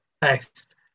best